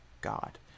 God